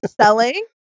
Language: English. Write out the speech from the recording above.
Selling